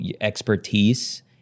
expertise